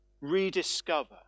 rediscover